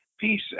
peace